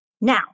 Now